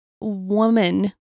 woman